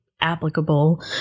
applicable